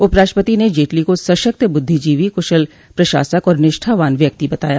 उप राष्ट्रपति ने जेटली को सशक्त बुद्धिजीवी कुशल प्रशासक और निष्ठावान व्यक्ति बताया